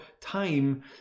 time